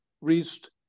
reached